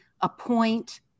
appoint